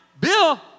Bill